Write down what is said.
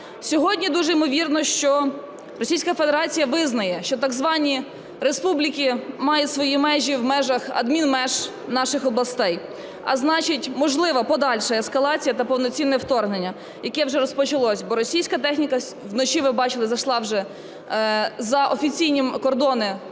Сьогодні дуже ймовірно, що Російська Федерація визнає, що так звані республіки мають свої межі в межах адмінмеж наших областей, а значить можлива подальша ескалація та повноцінне вторгнення, яке вже розпочалося, бо російська техніка вночі, ви бачили, зайшла вже за офіційні кордони Луганської,